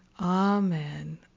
Amen